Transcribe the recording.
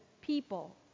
people